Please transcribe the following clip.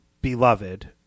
beloved